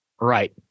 Right